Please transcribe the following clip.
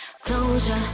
Closure